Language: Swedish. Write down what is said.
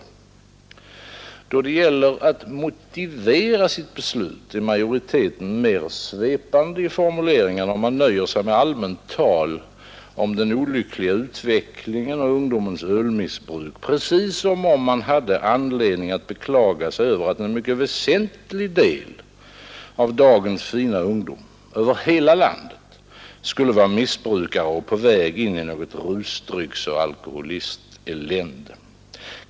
Då det gäller att motivera sitt beslut är majoriteten mer svepande i formuleringarna och man nöjer sig med allmänt tal om den olyckliga utvecklingen och ungdomens ölmissbruk — precis som om man hade anledning att beklaga sig över att en mycket väsentlig del av dagens fina ungdom över hela landet skulle vara missbrukare och på väg in i ett rusdrycksoch alkoholistelände.